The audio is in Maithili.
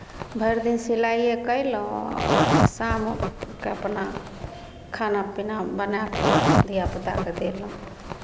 भरि दिन सिलाइए कयलहुँ आ शाम कऽ अपना खाना पीना बना कऽ धिया पुताकेँ देलहुँ